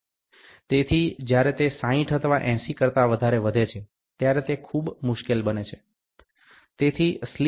તેથી જ્યારે તે 60 અથવા 80 કરતા વધારે વધે છે ત્યારે તે ખૂબ મુશ્કેલ બને છે